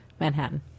Manhattan